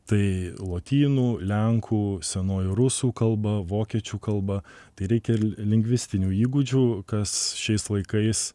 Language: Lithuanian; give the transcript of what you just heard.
tai lotynų lenkų senoji rusų kalba vokiečių kalba tai reikia lingvistinių įgūdžių kas šiais laikais